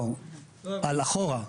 לא, על אחורה.